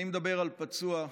אני מדבר על פצוע,